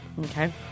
okay